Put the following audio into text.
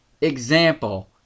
example